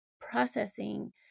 processing